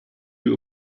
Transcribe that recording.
you